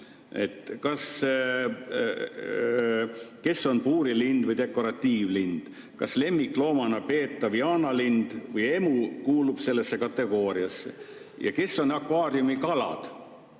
et kes on puurilind või dekoratiivlind. Kas lemmikloomana peetav jaanalind või emu kuulub sellesse kategooriasse? Ja kes on akvaariumikalad?